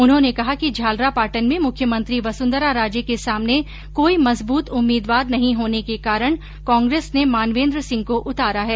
उन्होने कहा कि झालरापाटन में मुख्यमंत्री वसुन्धरा राजे के सामने कोई मजबूत उम्मीदवार नहीं होने के कारण कांग्रेस ने मानवेन्द्र सिंह को उतारा है